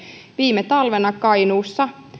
viime talvena kainuussa oltiin